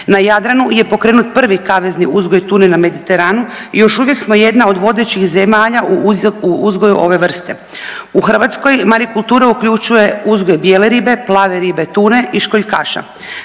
Na Jadranu je pokrenut prvi kavezni uzgoj tune na Mediteranu i još uvijek smo jedna od vodećih zemalja u uzgoju ove vrste. U Hrvatskoj, marikultura uključuje uzgoj bijele ribe, plave ribe tune i školjkaša.